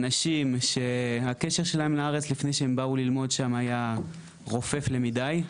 אנשים שהקשר שלהם לארץ לפני שהם באו ללמוד שמה היה רופף למדי,